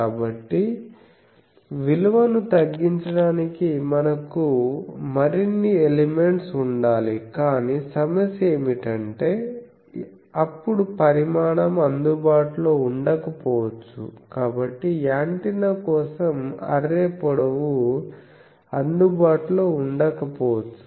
కాబట్టి విలువను తగ్గించడానికి మనకు మరిన్ని ఎలిమెంట్స్ ఉండాలి కానీ సమస్య ఏమిటంటే అప్పుడు పరిమాణం అందుబాటులో ఉండకపోవచ్చు కాబట్టి యాంటెన్నా కోసం అర్రే పొడవు అందుబాటులో ఉండకపోవచ్చు